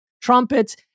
trumpets